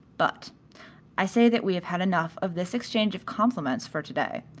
but i say that we have had enough of this exchange of compliments for to-day.